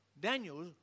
Daniel